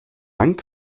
lang